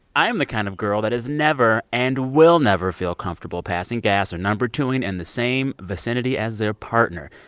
i am the kind of girl that is never and will never feel comfortable passing gas or number two-ing in and the same vicinity as their partner.